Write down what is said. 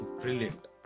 brilliant